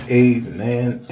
amen